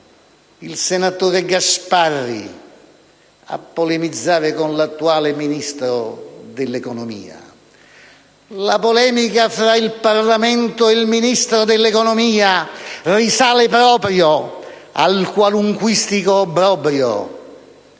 il senatore Gasparri a polemizzare con l'attuale Ministro dell'economia: la polemica fra il Parlamento e il Ministro dell'economia risale proprio al qualunquistico obbrobrio